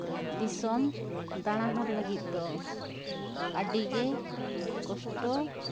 ᱫᱤᱥᱢᱚᱢ ᱫᱟᱲᱟ ᱦᱚᱲ ᱞᱟᱹᱜᱤᱫ ᱫᱚ ᱟᱹᱰᱤ ᱜᱮ ᱠᱚᱥᱴᱚ